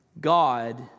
God